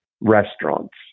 restaurants